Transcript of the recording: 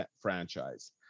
franchise